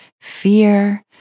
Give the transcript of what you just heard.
Fear